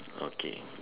okay